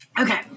okay